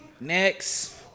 next